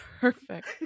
perfect